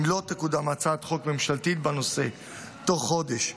אם לא תקודם הצעת חוק ממשלתית בנושא בתוך חודש,